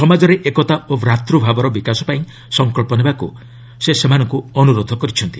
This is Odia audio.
ସମାଜରେ ଏକତା ଓ ଭ୍ରାତୃଭାବର ବିକାଶପାଇଁ ସଙ୍କଜ୍ଞ ନେବାକୁ ସେ ସେମାନଙ୍କୁ ଅନୁରୋଧ କରିଛନ୍ତି